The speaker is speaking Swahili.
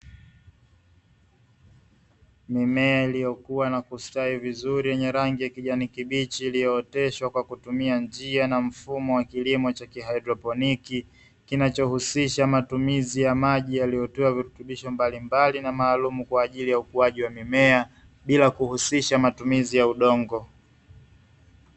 Mimemea iliyokuwa na kustawi vizuri iliyokuwa kwa kutumia kilimo cha kisasa cha aina ya kihadroponiki inayotumia maji yenye virutubisho badala ya udongo